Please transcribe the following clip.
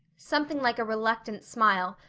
something like a reluctant smile,